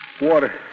Water